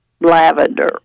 lavender